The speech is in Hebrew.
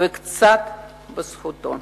וקצת בזכותו.